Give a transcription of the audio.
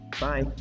Bye